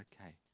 okay